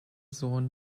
sohn